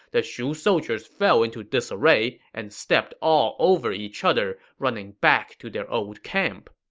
the shu soldiers fell into disarray and stepped all over each other running back to their old camp